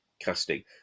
casting